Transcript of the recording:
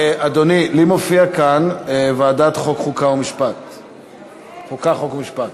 אדוני, לי מופיע כאן ועדת החוקה, חוק ומשפט.